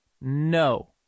No